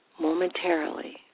momentarily